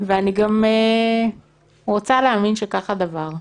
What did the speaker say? ואני גם רוצה להאמין שכך הדבר,